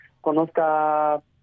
conozca